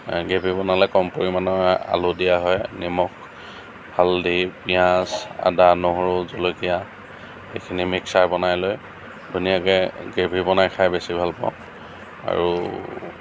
gravy বনালে কম পৰিমাণৰ আলু দিয়া হয় নিমখ হালধি পিয়াঁজ আদা নহৰু জলকীয়া সেইখিনি মিক্সাৰ বনাই লৈ ধুনীয়াকৈ গ্ৰেভি বনাই খাই বেছি ভাল পাওঁ আৰু